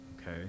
okay